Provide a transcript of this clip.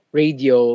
radio